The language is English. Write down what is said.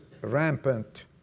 rampant